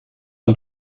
und